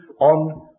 on